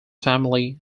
family